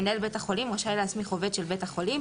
מנהל בית החולים רשאי להסמיך עובד של בית החולים